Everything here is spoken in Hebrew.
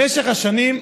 במשך השנים,